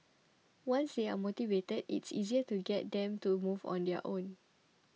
once they are motivated it's easier to get them to move on their own